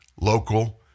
local